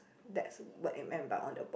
that's what am I about on the ball